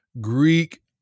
Greek